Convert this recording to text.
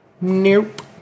Nope